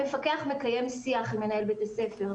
המפקח מקיים שיח עם מנהל בית הספר,